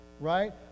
right